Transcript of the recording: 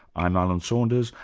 i'm alan saunders,